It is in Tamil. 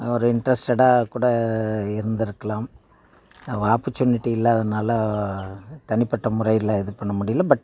ஒரு இன்ட்ரெஸ்ட்டடாக கூட இருந்திருக்கலாம் ஒரு ஆப்பர்சூனிட்டி இல்லாதனால் தனிப்பட்ட முறையில் இது பண்ண முடியல பட்